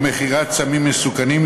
או מכירת סמים מסוכנים,